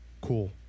cool